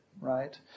right